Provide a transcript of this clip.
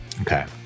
Okay